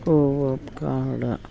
ಹೂವು